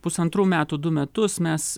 pusantrų metų du metus mes